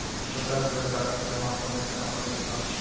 पचास हजार गाय सन के मॉल मूत्र के नापल गईल बा